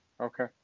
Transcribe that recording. Okay